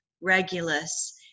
Regulus